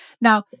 Now